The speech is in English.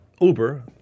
Uber